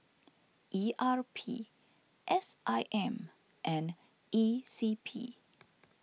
E R P S I M and E C P